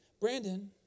Brandon